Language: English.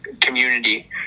community